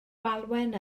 falwen